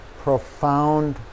profound